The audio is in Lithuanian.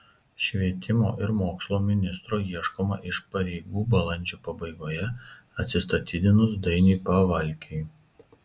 švietimo ir mokslo ministro ieškoma iš pareigų balandžio pabaigoje atsistatydinus dainiui pavalkiui